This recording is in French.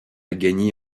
gagné